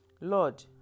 lord